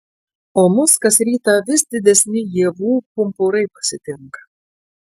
o mus kas rytą vis didesni ievų pumpurai pasitinka